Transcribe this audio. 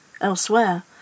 elsewhere